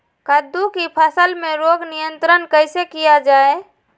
कददु की फसल में रोग नियंत्रण कैसे किया जाए?